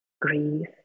grief